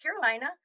Carolina